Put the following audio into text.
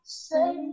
say